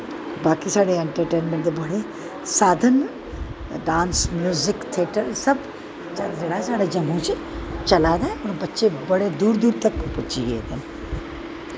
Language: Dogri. बाकी साढ़े इंट्रटेनमैंट दे बड़े साधन न डांस म्युजिक थियेटर सब जेह्ड़ा साढ़ा जम्मू च चला दा ऐ होर बच्चे बड़े दूर दूर तक पुज्जी गेदे न